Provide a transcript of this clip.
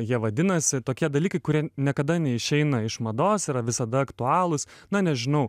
jie vadinasi tokie dalykai kurie niekada neišeina iš mados yra visada aktualūs na nežinau